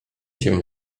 się